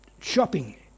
Shopping